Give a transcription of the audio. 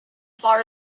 far